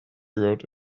rode